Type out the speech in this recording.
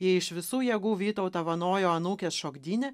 ji iš visų jėgų vytautą vanojo anūkės šokdyne